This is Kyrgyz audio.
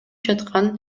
жаткан